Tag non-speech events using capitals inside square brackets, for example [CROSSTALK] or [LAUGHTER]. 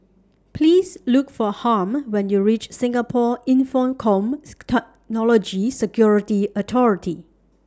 Please Look For Harm when YOU REACH Singapore Infocomm [UNINTELLIGIBLE] Security Authority